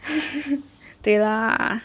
对啦